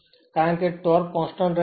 કારણ કે torque constant રહે છે